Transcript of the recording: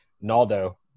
Naldo